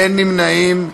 אין נמנעים.